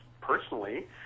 personally